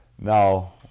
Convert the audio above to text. now